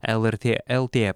lrt lt